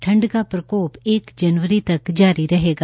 ठंड का प्रकोप एक जनवरी तक जारी रहेगा